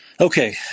Okay